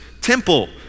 temple